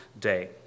day